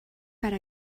per